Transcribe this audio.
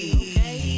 okay